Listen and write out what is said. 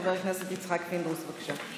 חבר הכנסת יצחק פינדרוס, בבקשה.